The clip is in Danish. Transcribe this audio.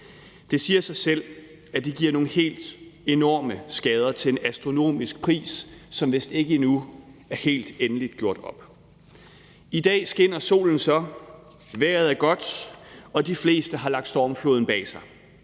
Det siger sig selv, at det giver nogle helt enorme skader til en astronomisk pris, som vist ikke endnu er helt endeligt gjort op. I dag skinner solen så, vejret er godt, og de fleste har lagt stormfloden bag sig.